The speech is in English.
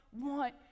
want